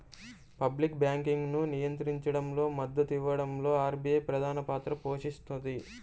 public బ్యాంకింగ్ను నియంత్రించడంలో, మద్దతునివ్వడంలో ఆర్బీఐ ప్రధానపాత్ర పోషిస్తది